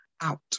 out